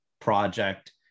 project